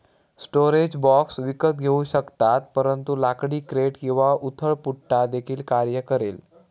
storage box विकत घेऊ शकतात परंतु लाकडी क्रेट किंवा उथळ पुठ्ठा देखील कार्य करेल